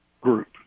group